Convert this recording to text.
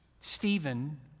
Stephen